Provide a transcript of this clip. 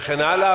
וכן הלאה,